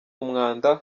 umwanda